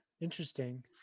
Interesting